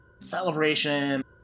celebration